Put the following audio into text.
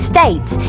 States